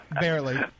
Barely